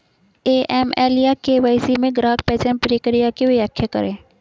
AML या KYC में ग्राहक पहचान प्रक्रिया की व्याख्या करें?